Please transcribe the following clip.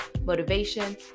motivation